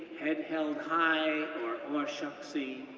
head held high, or aw-shucksy,